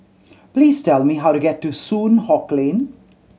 please tell me how to get to Soon Hock Lane